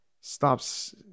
stops